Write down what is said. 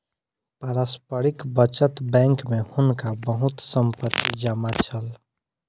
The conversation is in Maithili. पारस्परिक बचत बैंक में हुनका बहुत संपत्ति जमा छल